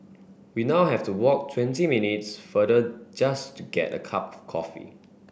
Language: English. we now have to walk twenty minutes farther just to get a cup coffee